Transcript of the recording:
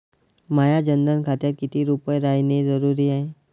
माह्या जनधन खात्यात कितीक रूपे रायने जरुरी हाय?